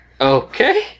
Okay